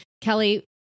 Kelly